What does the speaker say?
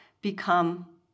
become